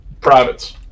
Privates